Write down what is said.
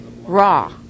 raw